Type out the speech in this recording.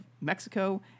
Mexico